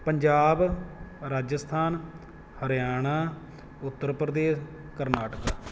Punjab Rajasthan Haryana Uttar Pradesh Karnataka